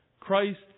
Christ